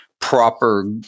proper